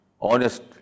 honest